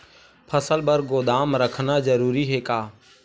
फसल बर गोदाम रखना जरूरी हे का?